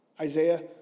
Isaiah